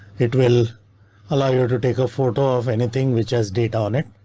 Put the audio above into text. it will allow you to take a photo of anything which has data on it.